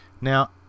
Now